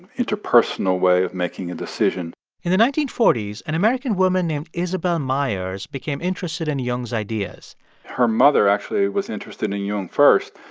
interpersonal way of making a decision in the nineteen forty s, an american woman named isabel myers became interested in jung's ideas her mother, actually, was interested in jung first,